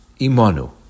Imanu